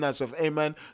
Amen